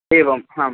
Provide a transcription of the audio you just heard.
एवम् आम्